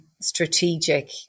strategic